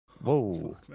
Whoa